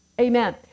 amen